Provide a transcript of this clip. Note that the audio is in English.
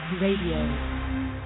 radio